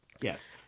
Yes